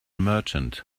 merchant